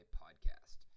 podcast